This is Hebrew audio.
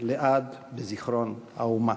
לעד בזיכרון האומה.